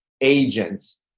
agents